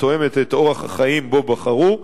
התואם את אורח החיים שבו בחרו,